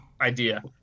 idea